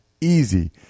easy